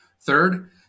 Third